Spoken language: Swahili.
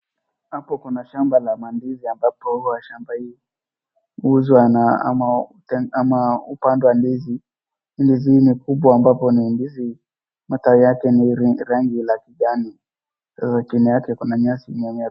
Hapo kuna shamba la mandizi ambapo huwa shamba hii huuzwa na ama hupandwa ndizi. Ndizi hii ni kubwa ambapo ni ndizi matawi yake ni rangi la kijani. Sasa chini yake kuna nyasi imemea.